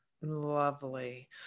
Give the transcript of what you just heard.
Lovely